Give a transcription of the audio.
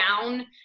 down